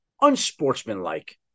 unsportsmanlike